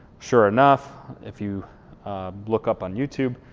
sure enough if you look up on youtube,